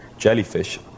Jellyfish